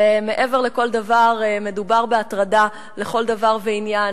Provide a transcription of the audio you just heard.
ומעבר לכל דבר, מדובר בהטרדה לכל דבר ועניין.